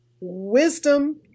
wisdom